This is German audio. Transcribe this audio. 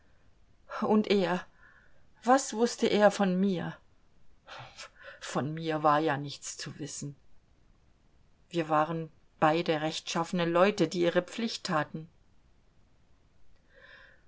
und er was wußte er von mir von mir war ja nichts zu wissen wir waren beide rechtschaffene leute die ihr pflicht taten